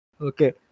Okay